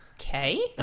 okay